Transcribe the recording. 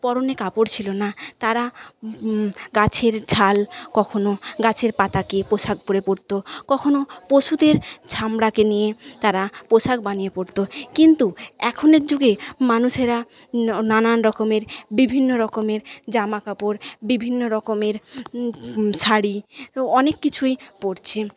পরনে কাপড় ছিল না তারা গাছের ছাল কখনো গাছের পাতাকে পোশাক করে পরতো কখনো পশুদের চামড়াকে নিয়ে তারা পোশাক বানিয়ে পরতো কিন্তু এখনের যুগে মানুষেরা নানান রকমের বিভিন্ন রকমের জামা কাপড় বিভিন্ন রকমের শাড়ি অনেক কিছুই পরছে